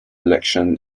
election